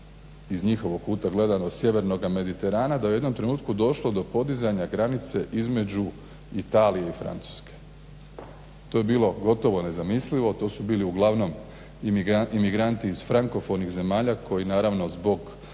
iz njihovog kuta gledano Sjevernoga Mediterana da je u jednom trenutku došlo do podizanja granice između Italije i Francuske. To je bilo gotovo nezamislivo, to su bili uglavnom imigranti ih frankofonih zemalja koji naravno zbog